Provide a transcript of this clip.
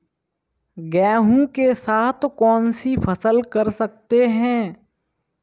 गेहूँ के साथ कौनसी फसल कर सकते हैं?